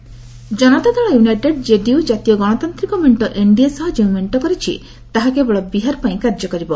JDU meet Janata Dal United JDU ଜାତୀୟ ଗଣତାନ୍ତିକ ମେଣ୍ଟ ଏନ୍ଡିଏ ସହ ଯେଉଁ ମେଣ୍ଟ କରିଛି ତାହା କେବଳ ବିହାର ପାଇଁ କାର୍ଯ୍ୟ କରିବ